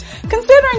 Considering